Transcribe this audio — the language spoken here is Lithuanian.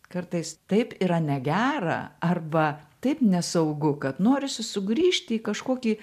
kartais taip yra negera arba taip nesaugu kad norisi sugrįžti į kažkokį